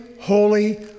Holy